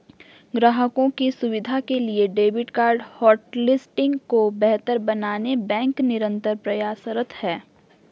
ग्राहकों की सुविधा के लिए डेबिट कार्ड होटलिस्टिंग को बेहतर बनाने बैंक निरंतर प्रयासरत है